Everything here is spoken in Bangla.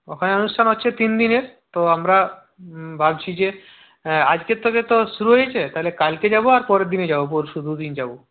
ওখানে অনুষ্ঠান হচ্ছে তিনদিনের তো আমরা ভাবছি যে আজকের থেকে তো শুরু হয়েছে তাহলে কালকে যাবো আর পরের দিনে যাবো পরশু দু দিন যাবো